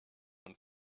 und